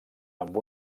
amb